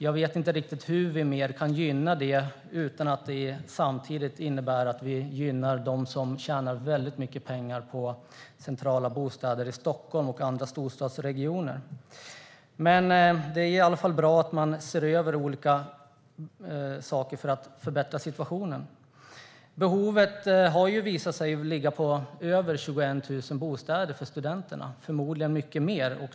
Jag vet inte riktigt hur vi mer kan gynna detta utan att det samtidigt innebär att vi gynnar dem som tjänar väldigt mycket pengar på centrala bostäder i Stockholm och andra storstadsregioner. Men det är i alla fall bra att man ser över olika saker för att förbättra situationen. Det har visat sig att det finns ett behov av över 21 000 bostäder för studenterna - förmodligen många fler.